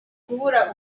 kubura